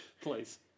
please